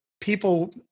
people